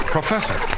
Professor